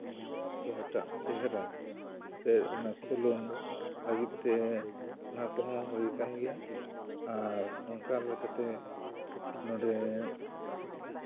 ᱪᱮᱫ ᱠᱚ ᱢᱮᱛᱟᱜ ᱪᱮᱦᱨᱟ ᱛᱮᱫ ᱚᱱᱟ ᱠᱷᱩᱞᱟᱹᱢ ᱞᱟᱹᱜᱤᱫ ᱛᱮ ᱚᱱᱟ ᱠᱚᱦᱚᱸ ᱦᱩᱭ ᱟᱠᱟᱱ ᱜᱮᱭᱟ ᱟᱨ ᱚᱱᱠᱟᱞᱮᱠᱟᱛᱮ ᱱᱚᱸᱰᱮ